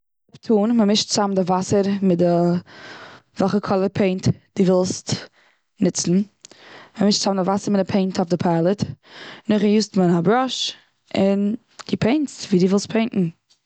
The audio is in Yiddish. מ'מישט צוזאם די וואסער מיט וועלכע קאליר פעינט די ווילסט ניצן. מ'מישט צוזאם די וואסער און די פעינט איוף די פעלעט. נאך דעם יוזט מען א בראש, און די פעינסט ווי די ווילסט פעינטן.